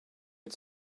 had